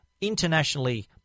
internationally